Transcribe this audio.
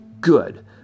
good